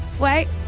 Wait